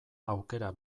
aukera